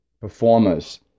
performers